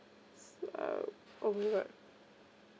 oh my god